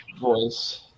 voice